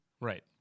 Right